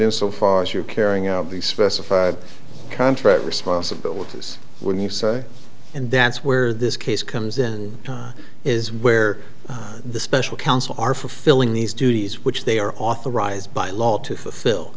in so far as your carrying out the specified contract responsibilities when you say and that's where this case comes in and time is where the special counsel are for filling these duties which they are authorized by law to fulfill